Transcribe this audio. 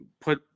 put